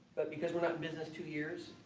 but because we're not in business two years,